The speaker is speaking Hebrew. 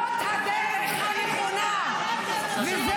-- ליד